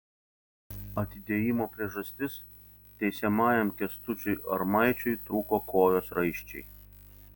atidėjimo priežastis teisiamajam kęstučiui armaičiui trūko kojos raiščiai